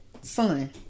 son